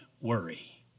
worry